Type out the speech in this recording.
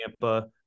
Tampa